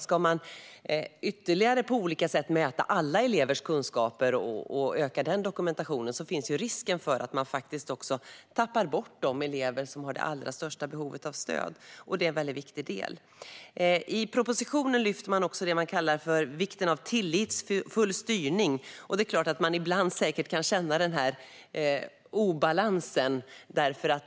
Ska man ytterligare mäta alla elevers kunskaper på olika sätt och öka den dokumentationen är det klart att risken finns att man tappar bort de elever som har det allra största behovet av stöd. Det är en väldigt viktig del. I propositionen lyfter man också fram det man kallar vikten av tillitsfull styrning, och det är klart att den obalansen kan kännas ibland.